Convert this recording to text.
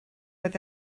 oedd